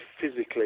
physically